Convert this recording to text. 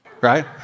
right